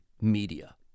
media